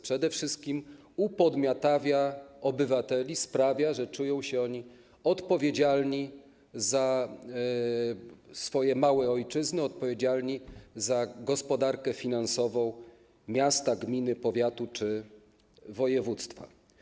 Przede wszystkim upodmiotawia obywateli, sprawia, że czują się oni odpowiedzialni za swoje małe ojczyzny, odpowiedzialni za gospodarkę finansową miasta, gminy, powiatu czy województwa.